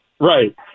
Right